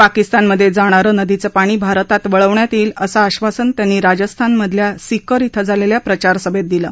पाकिस्तानमधे जाणारं नदीचं पाणी भारतात वळवण्यात येईल असं आश्वासन त्यांनी राजस्थानमधल्या सिकर धिं झालेल्या प्रचारसभेत दिलं